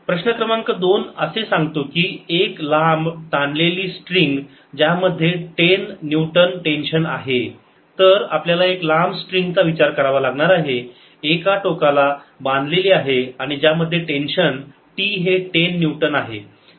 प्रश्न क्रमांक 2 असे सांगतो की एक लांब ताणलेली स्ट्रिंग ज्यामध्ये 10 न्यूटन टेन्शन आहे तर आपल्याला एका लांब स्ट्रिंग चा विचार करावा लागणार आहे एका टोकाला बांधलेली आहे आणि ज्यामध्ये टेन्शन T हे 10 न्यूटन आहे